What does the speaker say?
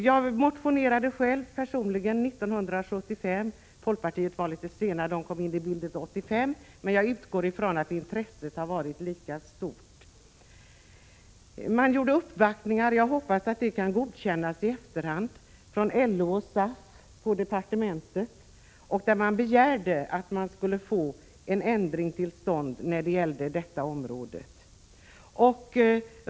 Jag motionerade själv i frågan år 1975. Folkpartiet var litet sena och kom in i bilden först 1985. Men jag utgår från att folkpartiets intresse för frågan har varit lika stort som vårt. LO och SAF gjorde uppvaktningar hos departementet och begärde att få till stånd en ändring på detta område.